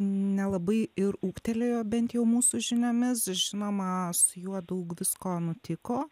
nelabai ir ūgtelėjo bent jau mūsų žiniomis žinoma su juo daug visko nutiko